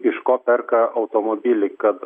iš ko perka automobilį kad